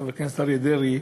חבר הכנסת אריה דרעי,